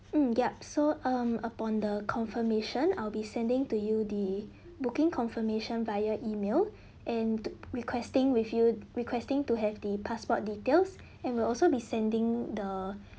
mm yup so um upon the confirmation I'll be sending to you the booking confirmation via email and requesting with you requesting to have the passport details and we'll also be sending the